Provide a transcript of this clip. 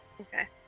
Okay